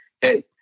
hey